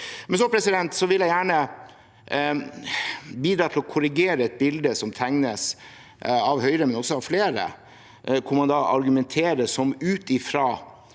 også. Så vil jeg gjerne bidra til å korrigere et bilde som tegnes av Høyre, men også av flere, og der man argumenterer, ut fra